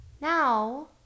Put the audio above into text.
Now